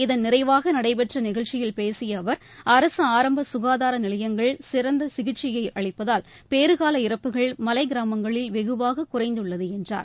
இதன் நிறைவாக நடைபெற்ற நிகழ்ச்சியில் பேசிய அவர் அரசு ஆரம்ப சுகாதார நிலையங்கள் சிறந்த சிகிச்சையை அளிப்பதால் பேறுகால இறப்புகள் மலை கிராமங்களில் வெகுவாக குறைந்துள்ளது என்றார்